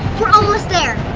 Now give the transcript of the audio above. we're almost there.